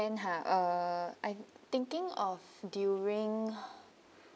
when ha uh I'm thinking of during